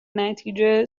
نتیجه